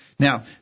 Now